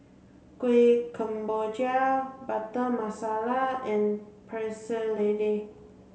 Kuih Kemboja butter Masala and Pecel Lele